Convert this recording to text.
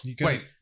Wait